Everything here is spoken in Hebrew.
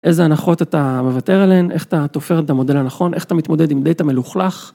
איזה הנחות אתה מוותר עליהן, איך אתה תופר את המודל הנכון, איך אתה מתמודד עם דאטה מלוכלך.